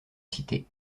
cité